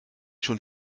schon